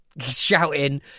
shouting